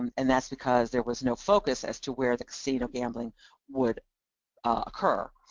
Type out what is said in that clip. um and that's because there was no focus as to where the casino gambling would occur.